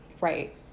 right